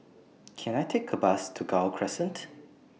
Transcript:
Can I Take A Bus to Gul Crescent